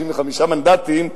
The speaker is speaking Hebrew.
65 מנדטים,